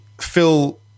Phil